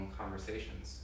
conversations